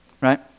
right